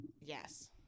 Yes